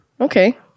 Okay